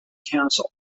council